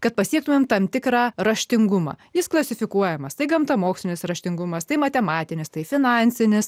kad pasiektumei tam tikrą raštingumą jis klasifikuojamas tai gamtamokslinis raštingumas tai matematinis tai finansinis